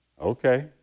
Okay